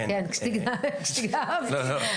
בבקשה.